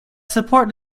support